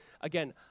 Again